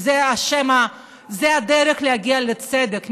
כי זו הדרך להגיע לצדק.